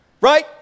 right